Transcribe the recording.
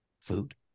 Food